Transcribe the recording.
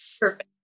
perfect